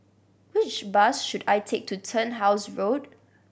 which bus should I take to Turnhouse Road